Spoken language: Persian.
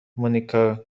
مونیکا